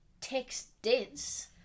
text-dense